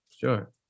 Sure